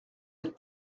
êtes